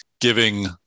giving